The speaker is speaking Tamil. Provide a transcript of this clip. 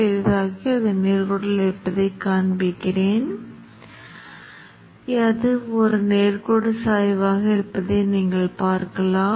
மூலக் கிளைக்கு மற்றொரு மூலக் கிளை மற்றும் nL கிளைக்கு மட்டுமே மின்னோட்டங்கள் கிடைக்கும் என்பதை நீங்கள் பார்க்கலாம்